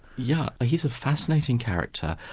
yeah he's a fascinating character.